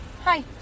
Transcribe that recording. Hi